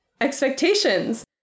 expectations